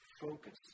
focus